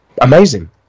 amazing